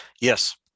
yes